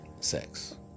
sex